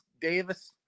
davis